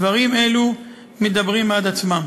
דברים אלו מדברים בעד עצמם.